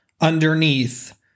Underneath